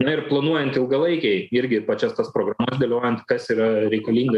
na ir planuojant ilgalaikiai irgi pačias tas programas dėliojant kas yra reikalinga